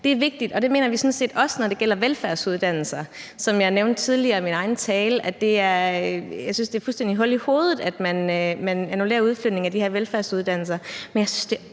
Det er vigtigt, og det mener vi sådan set også, når det gælder velfærdsuddannelser. Som jeg nævnte tidligere i min egen tale, synes jeg, det er fuldstændig hul i hovedet, at man annullerer udflytningen af de her velfærdsuddannelser.